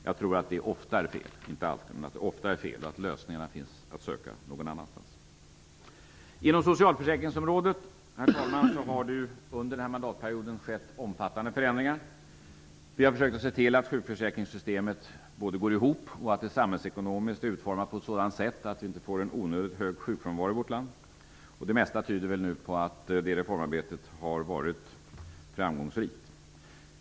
Jag tror att det ofta är fel, inte alltid, men ofta finns lösningarna att söka någon annanstans. Inom socialförsäkringsområdet har det under den här mandatperioden skett omfattande förändringar. Vi har försökt att se till att sjukförsäkringssystemet både går ihop och att det samhällsekonomiskt är utformat på ett sådant sätt att vi inte får en onödigt hög sjukfrånvaro. Det mesta tyder nu på att det reformarbetet har varit framgångsrikt.